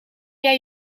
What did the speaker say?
jij